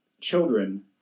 children